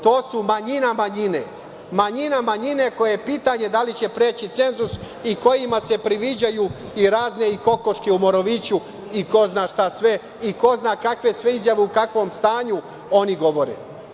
To su manjina manjine, manjina manjine koja je pitanje da li će preći cenzus i kojima se priviđaju i razne kokoške u Moroviću i ko zna šta sve i ko zna kakve sve izjave, u kakvom stanju oni govore.